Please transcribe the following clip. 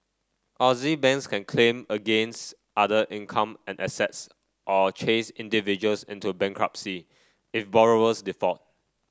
Aussie banks can claim against other income and assets or chase individuals into bankruptcy if borrowers default